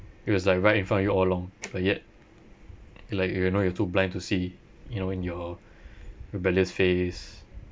it was like right in front you all along but yet like you know you are too blind to see you know when your rebellious phase